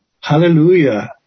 Hallelujah